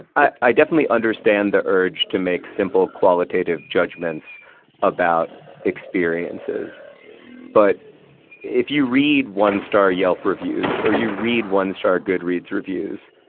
i definitely understand the urge to make simple, qualitative judgements about experiences but if you read one-star yelp reviews or you read one-star goodreads reviews,